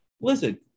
listen